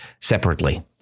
separately